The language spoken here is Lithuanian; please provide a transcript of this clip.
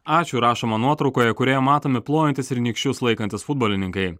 ačiū rašoma nuotraukoje kurioje matomi plojantys ir nykščius laikantys futbolininkai